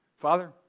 Father